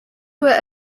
were